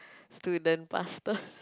student pastor